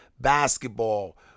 basketball